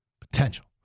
Potential